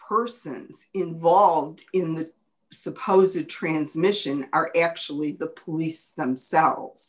persons involved in the suppose a transmission are actually the police themselves